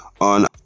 on